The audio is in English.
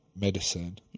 medicine